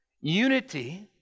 Unity